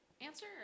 answer